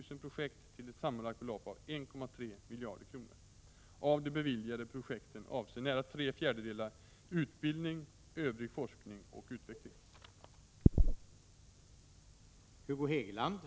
Av de beviljade projekten avser nära tre fjärdedelar utbildning, övriga forskning och utveckling.